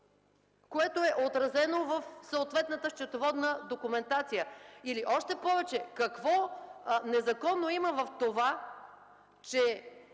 което е отразено в съответната счетоводна документация? Или още повече: какво незаконно има в това, че